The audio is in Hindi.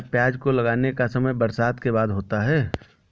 क्या प्याज को लगाने का समय बरसात के बाद होता है?